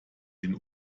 den